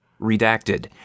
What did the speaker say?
redacted